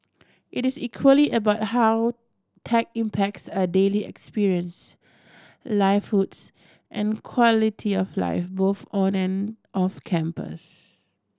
it is equally about how tech impacts our daily experience livelihoods and quality of life both on and off campus